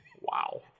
Wow